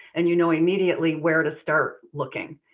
and you know immediately where to start looking.